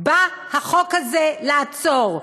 בא החוק הזה לעצור?